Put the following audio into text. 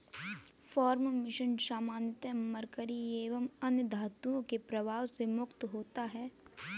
farm fish सामान्यतः mercury एवं अन्य धातुओं के प्रभाव से मुक्त होता है